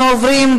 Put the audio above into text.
אנחנו עוברים,